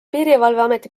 piirivalveameti